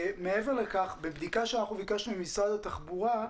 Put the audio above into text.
מעבר לכך, בבדיקה שביקשנו ממשרד התחבורה,